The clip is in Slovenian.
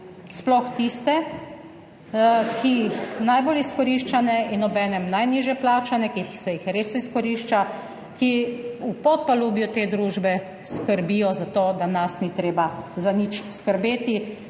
sploh tiste najbolj izkoriščane in obenem najnižje plačane, ki se jih res izkorišča, ki v podpalubju te družbe skrbijo za to, da nas ni treba za nič skrbeti,